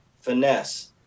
finesse